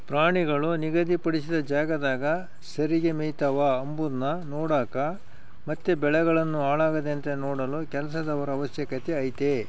ಪ್ರಾಣಿಗಳು ನಿಗಧಿ ಪಡಿಸಿದ ಜಾಗದಾಗ ಸರಿಗೆ ಮೆಯ್ತವ ಅಂಬದ್ನ ನೋಡಕ ಮತ್ತೆ ಬೆಳೆಗಳನ್ನು ಹಾಳಾಗದಂತೆ ನೋಡಲು ಕೆಲಸದವರ ಅವಶ್ಯಕತೆ ಐತೆ